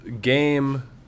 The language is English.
game